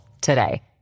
today